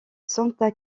santa